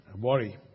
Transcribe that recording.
worry